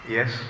Yes